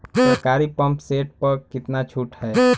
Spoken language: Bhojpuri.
सरकारी पंप सेट प कितना छूट हैं?